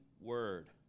word